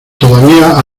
todavía